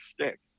stick